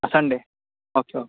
ಹಾಂ Sunday okay okay